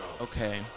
Okay